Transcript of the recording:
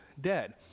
dead